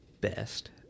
best